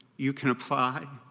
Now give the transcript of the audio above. you can apply.